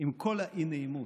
עם כל האי-נעימות,